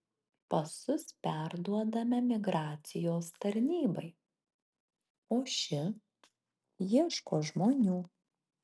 pasus perduodame migracijos tarnybai o ši ieško žmonių